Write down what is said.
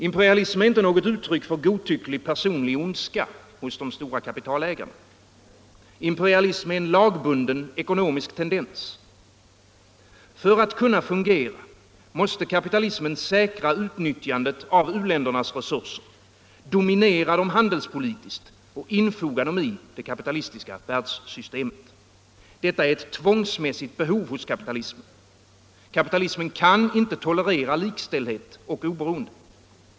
Imperialism är inte något uttryck för godtycklig personlig ondska hos de stora kapitalägarna. Imperialism är en lagbunden ekonomisk tendens. För att kunna fungera måste kapitalismen säkra utnyttjandet av u-ländernas resurser, dominera dem handelspolitiskt och infoga dem i det kapitalistiska världssystemet. Detta är ett tvångsmässigt behov hos kapitalismen. Kapitalismen kan inte tolerera likställdhet och oberoende.